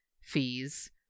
fees